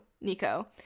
nico